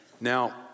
now